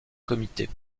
comités